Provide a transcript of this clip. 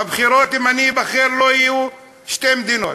ובבחירות: "אם אני אבחר לא יהיו שתי מדינות",